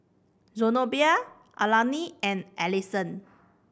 Zenobia Alani and Allison